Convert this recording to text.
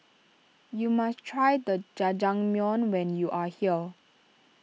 you must try the Jajangmyeon when you are here